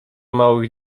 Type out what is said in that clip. małych